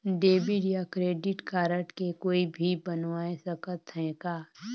Debit या credit card के कोई भी बनवाय सकत है का?